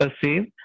perceive